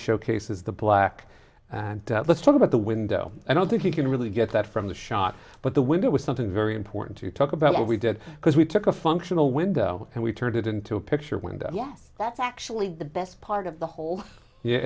showcases the black and let's talk about the window i don't think you can really get that from the shot but the window was something very important to talk about what we did because we took a functional window and we turned it into a picture window that's actually the best part of the whole